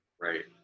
Right